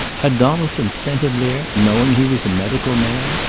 had donaldson sent him there, knowing he was a medical man?